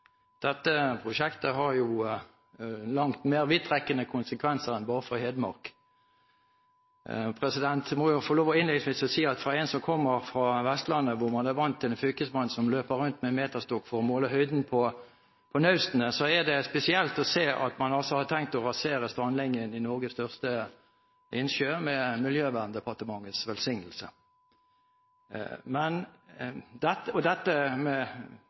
Dette prosjektet har jo langt mer vidtrekkende konsekvenser enn bare for Hedmark. Innledningsvis må jeg få lov til å si at for en som kommer fra Vestlandet, hvor man er vant til en fylkesmann som løper rundt med meterstokk for å måle høyden på naustene, er det spesielt å se at man har tenkt å rasere strandlinjen ved Norges største innsjø med Miljøverndepartementets velsignelse. Dette er – med